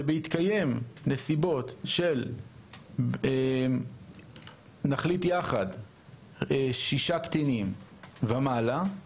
שבהתקיים נסיבות של 6 קטינים ומעלה, למשל,